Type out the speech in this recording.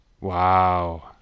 Wow